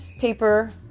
paper